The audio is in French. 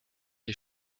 les